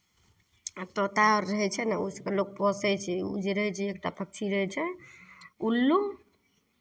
आ तोता अर रहै छै ने ओ सभकेँ लोक पोसै छै ओ जे रहै छै एकटा पक्षी रहै छै उल्लू